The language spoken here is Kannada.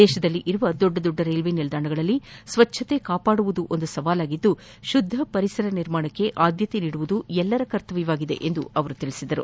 ದೇಶದಲ್ಲಿರುವ ದೊಡ್ಡ ದೊಡ್ಡ ರೈಲ್ವೆ ನಿಲ್ದಾಣಗಳಲ್ಲಿ ಸ್ವಚ್ದತೆ ಕಾಪಾಡುವುದು ಒಂದು ಸವಾಲಾಗಿದ್ದು ಶುದ್ದ ಪರಿಸರ ನಿರ್ಮಾಣಕ್ಕೆ ಆದ್ದತೆ ನೀಡುವುದು ಎಲ್ಲರ ಕರ್ತಮ್ಯವಾಗಿದೆ ಎಂದು ಹೇಳಿದರು